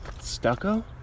stucco